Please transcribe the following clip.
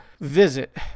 visit